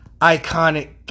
iconic